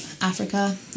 Africa